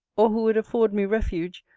or who would afford me refuge,